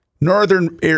northern